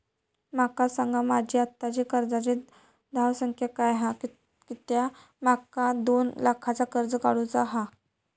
माका सांगा माझी आत्ताची कर्जाची धावसंख्या काय हा कित्या माका दोन लाखाचा कर्ज काढू चा हा?